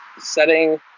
setting